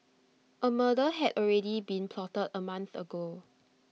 A murder had already been plotted A month ago